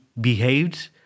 behaved